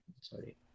sorry